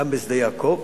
גם בשדה-יעקב